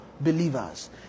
believers